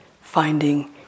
finding